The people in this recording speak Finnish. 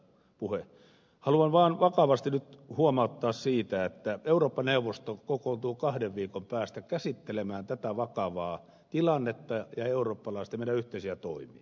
haluan vaan vakavasti nyt huomauttaa siitä että eurooppa neuvosto kokoontuu kahden viikon päästä käsittelemään tätä vakavaa tilannetta ja meidän eurooppalaisten yhteisiä toimia